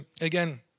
again